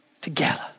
together